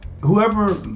whoever